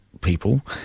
people